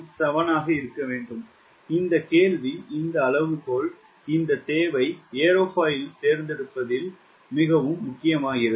7 ஆக இருக்க வேண்டும் இந்த கேள்வி இந்த அளவுகோல் இந்தத் தேவை ஏரோஃபைல் தேர்ந்தெடுப்பதில் முக்கியமாகிறது